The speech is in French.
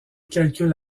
calcule